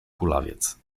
kulawiec